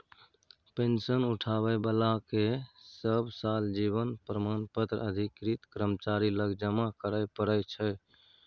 pension उठाबै बलाकेँ सब साल जीबन प्रमाण पत्र अधिकृत कर्मचारी लग जमा करय परय छै